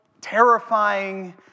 terrifying